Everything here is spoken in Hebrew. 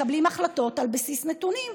מקבלים החלטות על בסיס נתונים: